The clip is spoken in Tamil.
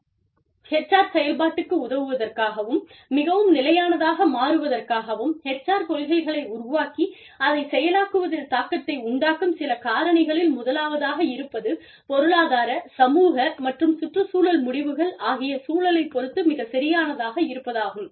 HR செயல்பாட்டுக்கு உதவுவதற்காகவும் மிகவும் நிலையானதாக மாறுவதற்காகவும் HR கொள்கைகளை உருவாக்கி அதைச் செயலாக்குவதில் தாக்கத்தை உண்டாக்கும் சில காரணிகளில் முதலாவதாக இருப்பது பொருளாதார சமூக மற்றும் சுற்றுச்சூழல் முடிவுகள் ஆகிய சூழலைப் பொறுத்து மிகச்சரியானதாக இருப்பதாகும்